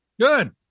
good